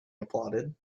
applauded